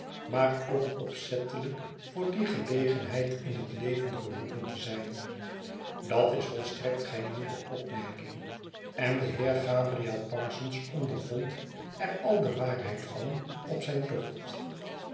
maar ook opzettelijk voor die gelegenheid in het leven geroepen te zijn dat is volstrekt geen nieuwe opmerking en de heer gabriel parsons ondervond er al de waarheid van op zijn tocht